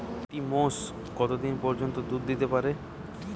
একটি মোষ কত দিন পর্যন্ত দুধ দিতে পারে?